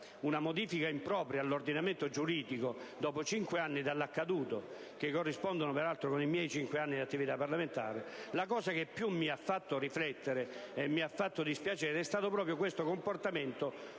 una modifica impropria all'ordinamento giuridico, dopo cinque anni dall'accaduto (che corrispondono peraltro ai miei cinque anni di attività parlamentare) la cosa che più mi ha fatto riflettere e mi ha fatto dispiacere è stato proprio questo comportamento